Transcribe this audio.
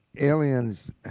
aliens